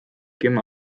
kümme